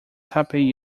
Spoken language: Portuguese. taipei